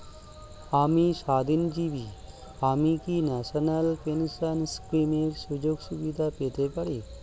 আমি স্বাধীনজীবী আমি কি ন্যাশনাল পেনশন স্কিমের সুযোগ সুবিধা পেতে পারি?